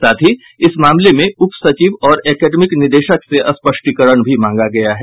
साथ ही इस मामले में उप सचिव और एकेडमिक निदेशक से स्पष्टीकरण भी मांगा गया है